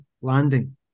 landing